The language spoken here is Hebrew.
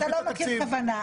אתה לא מכיר כוונה,